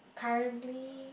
currently